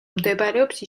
მდებარეობს